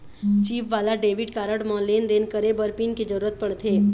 chip वाला debit card म लेन देन करे बर पिन के जरूरत परथे